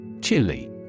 Chili